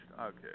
Okay